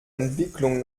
entwicklung